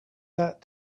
that